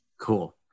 Cool